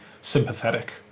sympathetic